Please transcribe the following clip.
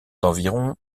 d’environ